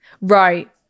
Right